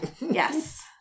Yes